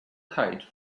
kite